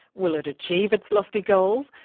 will it achieve its lofty goal?